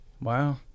Wow